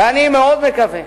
ואני מאוד מקווה